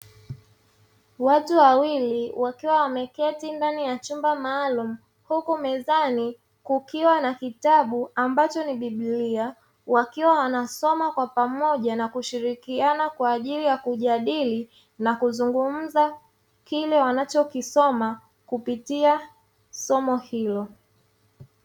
Watu wawili wakiwa wameketi ndani ya chumba maalumu, huku mezani kukiwa na kitabu ambacho ni biblia wakiwa wanasoma kwa pamoja na kushirikiana kwa ajili ya kujadili na kuzungumza kile wanachokisoma kupitia somo hilo.